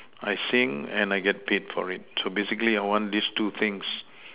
I sing and I get paid for it so basically I want this two things